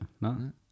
No